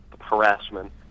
harassment